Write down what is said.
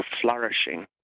flourishing